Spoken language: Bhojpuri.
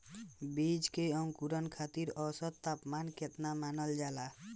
बीज के अंकुरण खातिर औसत तापमान केतना मानल जाला?